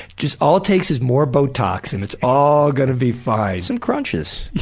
just all it takes is more botox and it's all gonna be fine. some crunches.